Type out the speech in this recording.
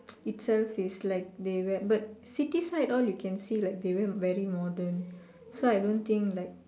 itself is like they wear but city side all you can see like they wear very modern so I don't think like